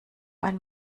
ein